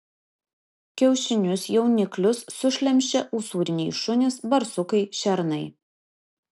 kiaušinius jauniklius sušlemščia usūriniai šunys barsukai šernai